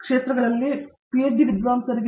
ಪ್ರತಾಪ್ ಹರಿಡೋಸ್ ಸರಿ